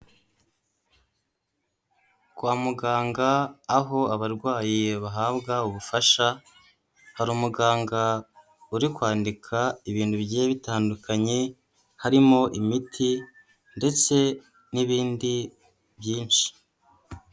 Kwa muganga aho abarwayi bahabwa ubufasha, hari umuganga uri kwandika ibintu bigiye bitandukanye, harimo imiti ndetse n'ibindi byinshi.